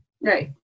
Right